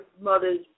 mothers